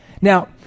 Now